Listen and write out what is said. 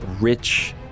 rich